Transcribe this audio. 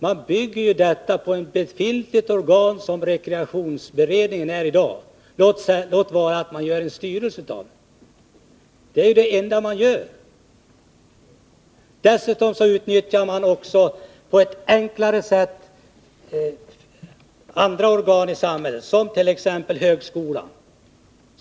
Man bygger ju detta på ett befintligt organ, nämligen rekreationsutredningen — låt vara att man gör en styrelse av den. Det är det enda man gör. Dessutom utnyttjar man på ett enklare sätt andra organ i samhället, t.ex. högskolan.